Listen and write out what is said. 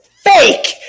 fake